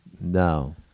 no